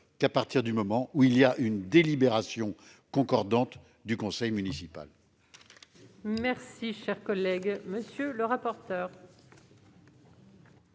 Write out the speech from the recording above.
qu'à partir du moment où il existe une délibération concordante du conseil municipal.